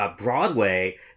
Broadway